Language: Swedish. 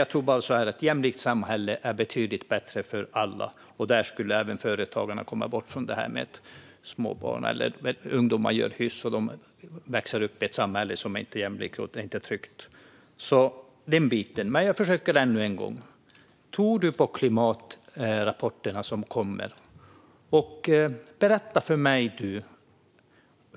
Jag tror bara så här: Ett jämlikt samhälle är betydligt bättre för alla, och där skulle även företagarna komma bort från det här att småbarn eller ungdomar gör hyss när de växer upp i ett samhälle som inte är jämlikt eller tryggt. Jag försöker ännu en gång: Tror du på klimatrapporterna som kommer? Berätta för mig, du!